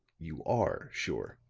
you are sure.